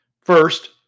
First